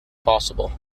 possible